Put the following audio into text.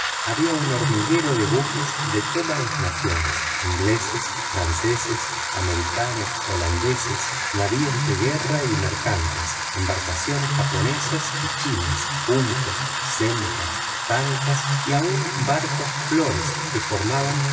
había un hormiguero de buques de todas las naciones ingleses franceses americanos holandeses navíos de guerra y mercantes embarcaciones japonesas y chinas juncos sempos tankas y aun barcos flores que formaban